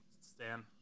stan